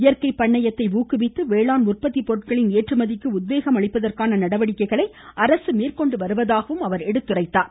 இயற்கை பண்ணையத்தை ஊக்குவித்து வேளாண் உற்பத்தி பொருட்களின் ஏற்றுமதிக்கு உத்வேகம்அளிப்பதற்கான நடவடிக்கைகளை மேற்கொண்டு அரசு வருவதாகவும் அவர் தெரிவித்தார்